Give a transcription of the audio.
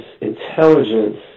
intelligence